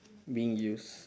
being used